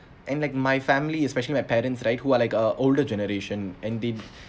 and like my family especially my parents right who are like uh older generation and they